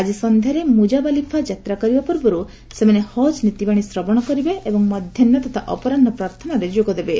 ଆଜି ସନ୍ଧ୍ୟାରେ ମୁଜାବାଲିଫା ଯାତ୍ରା କରିବା ପୂର୍ବରୁ ସେମାନେ ହଜ୍ ନୀତିବାଣୀ ଶ୍ରବଣ କରିବେ ଓ ମଧ୍ୟାହ୍ନ ତଥା ଅପରାହ୍ନ ପ୍ରାର୍ଥନାରେ ଯୋଗଦେବେ